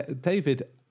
David